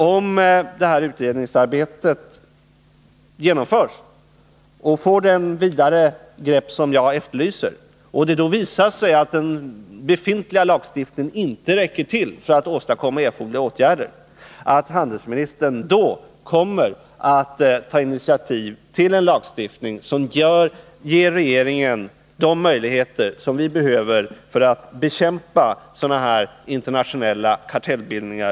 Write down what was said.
Om utredningsarbetet genomförs med det vidare grepp som jag efterlyser och det därvid visar sig att den befintliga lagstiftningen inte räcker till för att åstadkomma erforderliga åtgärder, förutsätter jag emellertid att handelsministern tar initiativ till en lagstiftning som gör det möjligt för regeringen att bekämpa sådana här internationella kartellbildningar.